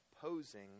opposing